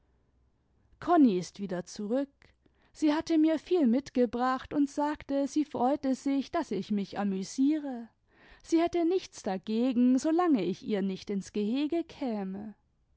konni ist wieder zurück sie hatte mir viel mitgebracht und sagte sie freute sich daß ich mich amüsiere sie hätte nichts dagegen solange ich ihr nicht ins gehege käme